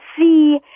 see